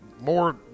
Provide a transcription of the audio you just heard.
More